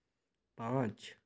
पाँच